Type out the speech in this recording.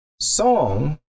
song